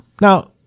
now